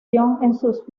filas